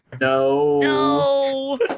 No